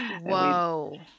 Whoa